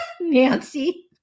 Nancy